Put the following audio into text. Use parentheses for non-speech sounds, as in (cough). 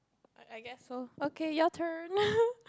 I I guess so okay your turn (laughs)